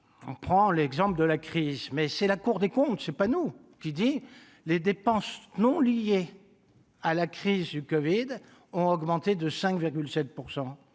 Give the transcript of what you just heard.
on prend l'exemple de la crise, mais c'est la Cour des comptes, c'est pas nous qui dit les dépenses non liées à la crise du Covid ont augmenté de 5,7